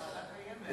הוועדה קיימת.